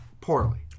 poorly